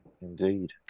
Indeed